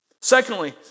Secondly